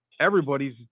Everybody's